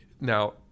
now